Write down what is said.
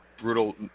Brutal